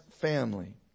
family